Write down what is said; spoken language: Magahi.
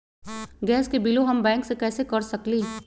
गैस के बिलों हम बैंक से कैसे कर सकली?